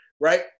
Right